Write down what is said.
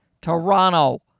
Toronto